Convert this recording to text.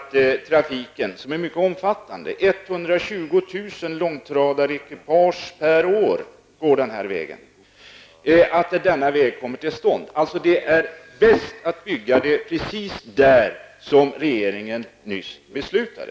Trafiken är mycket omfattande. 120 000 långtradarekipage per år går på denna väg. Det vore bäst att bygga den precis där som regeringen nyss beslutade.